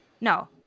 No